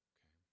Okay